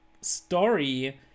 story